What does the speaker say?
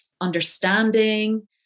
understanding